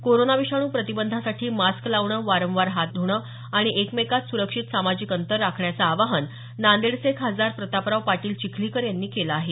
corona विषाणू प्रतिबंधासाठी mask लावणं वारंवार हात ध्रण आणि एकमेकात सुरक्षित सामाजिक अंतर राखण्याचं आवाहन नांदेडचे खासदार प्रतापराव पाटील चिखलीकर यांनी केलं आहे